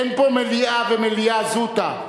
אין פה מליאה ומליאה זוטא.